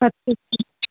अच्छा अच्छा